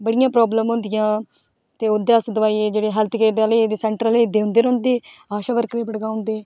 बड़ियां प्राब्लमां होंदियां ते ओह्दे आस्तै दोआइयें जेह्ड़े हैल्थ केयर ते आह्ले सैंटर आह्ले एह् दिंदे रौंह्दे आशा बर्करें गी पकड़ाई ओड़दे